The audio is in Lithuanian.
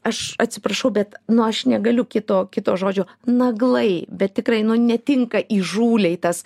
aš atsiprašau bet nu aš negaliu kito kito žodžio naglai bet tikrai nu netinka įžūliai tas